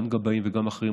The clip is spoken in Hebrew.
גם גבאים וגם אחרים,